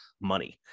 money